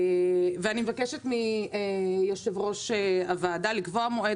אני מבקשת מיושב-ראש הוועדה לקבוע מועד